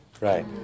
Right